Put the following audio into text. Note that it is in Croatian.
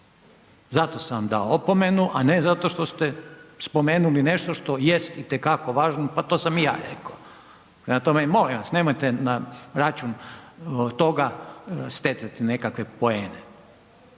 zato sam vam dao opomenu, a ne zato što ste spomenuli nešto što jest itekako važno. Pa to sam i ja rekao, prema tome molim vas nemojte na račun toga stjecati nekakve poene,